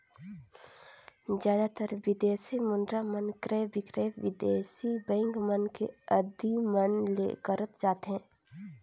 जादातर बिदेसी मुद्रा मन क्रय बिक्रय बिदेसी बेंक मन के अधिमन ले करत जाथे